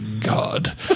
God